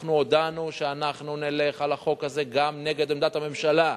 אנחנו הודענו שאנחנו נלך על החוק הזה גם נגד עמדת הממשלה.